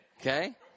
Okay